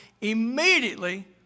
immediately